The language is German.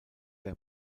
der